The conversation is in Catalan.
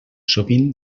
sovint